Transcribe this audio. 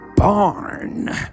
barn